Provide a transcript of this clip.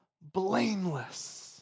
blameless